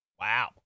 Wow